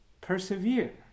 Persevere